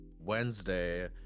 Wednesday